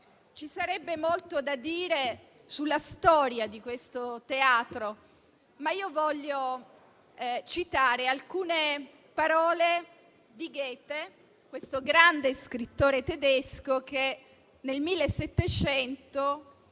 Ci sarebbe molto da dire sulla storia di questo Teatro. Voglio però citare alcune parole di Goethe, grande scrittore tedesco che nel 1700